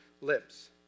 lips